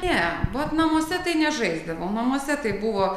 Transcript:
ne vat namuose tai nežaisdavau namuose tai buvo